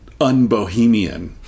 unbohemian